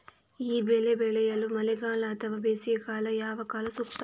ಈ ಬೆಳೆ ಬೆಳೆಯಲು ಮಳೆಗಾಲ ಅಥವಾ ಬೇಸಿಗೆಕಾಲ ಯಾವ ಕಾಲ ಸೂಕ್ತ?